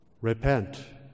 Repent